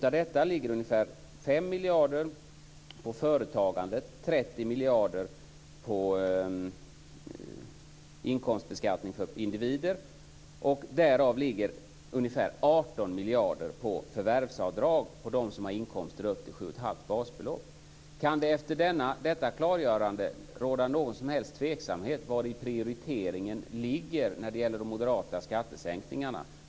Av detta ligger ungefär 5 miljarder på företagande och 30 miljarder på inkomstbeskattning för individer, och därav ligger ungefär 18 miljarder på förvärvsavdrag för dem som har inkomster upp till 7,5 basbelopp. Kan det efter detta klargörande råda någon som helst tveksamhet vari prioriteringen ligger när det gäller de moderata skattesänkningarna?